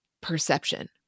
perception